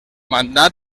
mandat